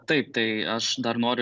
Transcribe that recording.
taip tai aš dar noriu